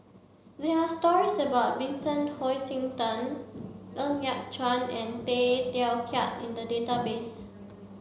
there are stories about Vincent Hoisington Ng Yat Chuan and Tay Teow Kiat in the database